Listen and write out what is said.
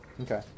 okay